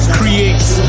creates